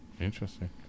interesting